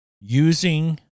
using